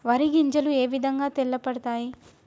వరి గింజలు ఏ విధంగా తెల్ల పడతాయి?